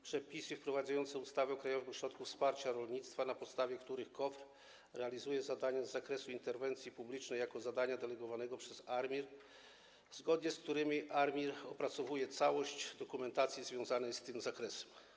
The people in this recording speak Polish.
Przepisy wprowadzające ustawę o Krajowym Ośrodku Wsparcia Rolnictwa, na podstawie których KOWR realizuje zadania z zakresu interwencji publicznej jako zadania delegowane przez ARiMR, zgodnie z którymi ARiMR opracowuje całość dokumentacji związanej z tym zakresem.